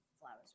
flowers